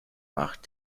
macht